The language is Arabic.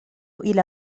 إلى